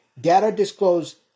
data-disclosed